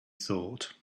thought